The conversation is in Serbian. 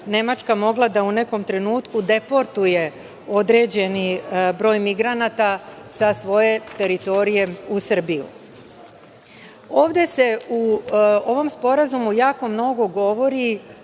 Nemačka mogla da u nekom trenutku deportuje određeni broj migranata sa svoje teritorije u Srbiju. Ovde se u ovom sporazumu jako mnogo govori